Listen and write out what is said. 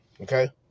Okay